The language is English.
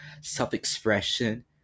self-expression